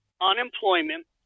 unemployment